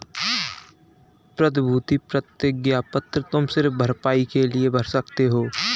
प्रतिभूति प्रतिज्ञा पत्र तुम सिर्फ भरपाई के लिए ही भर सकते हो